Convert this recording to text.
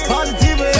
Positive